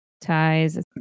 ties